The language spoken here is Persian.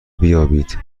بیابید